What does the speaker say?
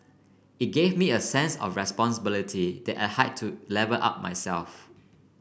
it gave me a sense of responsibility that I had to level up myself